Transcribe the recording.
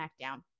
SmackDown